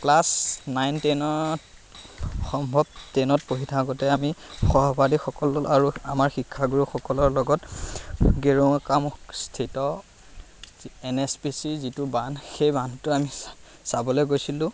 class nine টেনত সম্ভৱ টেনত পঢ়ি থাকোঁতে আমি সহপাঠীসকল আৰু আমাৰ শিক্ষাগুৰুসকলৰ লগত গেৰুকামুখস্থিত এন এছ পি চিৰ যিটো বান্ধ সেই বান্ধটো আমি চাবলৈ গৈছিলোঁ